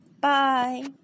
Bye